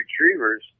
retrievers